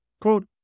Quote